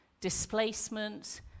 displacement